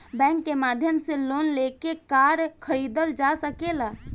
bank के माध्यम से लोन लेके कार खरीदल जा सकेला